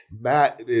Matt